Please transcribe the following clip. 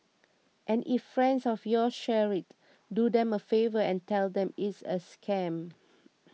and if friends of yours share it do them a favour and tell them it's a scam